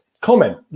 comment